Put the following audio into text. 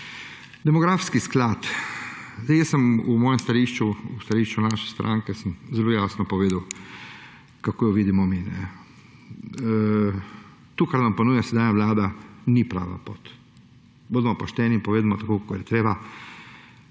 demografski sklad. Jaz sem v mojem stališču, v stališču naše stranke zelo jasno povedal, kako ga vidimo mi. To kar nam ponuja sedanja vlada, ni prava pot. Bodimo pošteni in povejmo tako, kot je treba.